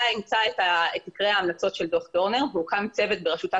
אימצה את עיקרי ההמלצות של דוח דורנר והוקם צוות בראשותה